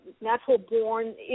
natural-born